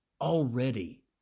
already